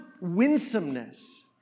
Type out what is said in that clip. winsomeness